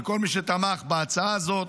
ולכל מי שתמך בהצעה הזאת.